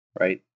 right